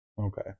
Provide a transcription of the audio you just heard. Okay